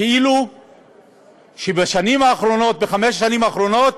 כאילו שבשנים האחרונות, בחמש השנים האחרונות,